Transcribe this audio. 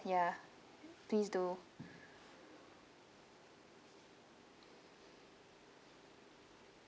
ya please do